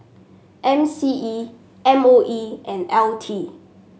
M C E M O E and L T